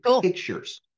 pictures